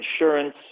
insurance